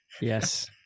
Yes